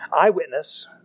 eyewitness